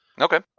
Okay